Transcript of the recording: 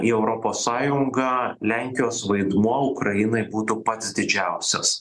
į europos sąjungą lenkijos vaidmuo ukrainai būtų pats didžiausias